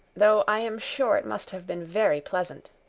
though i am sure it must have been very pleasant.